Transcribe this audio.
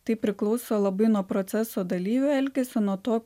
tai priklauso labai nuo proceso dalyvių elgesio nuo to